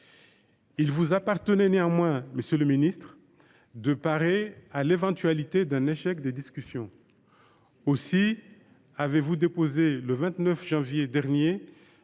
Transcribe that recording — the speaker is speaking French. Il vous appartenait néanmoins, monsieur le ministre, de parer à l’éventualité d’un échec des discussions. Aussi avez vous déposé, le 29 janvier dernier,